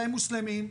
בהם מוסלמים.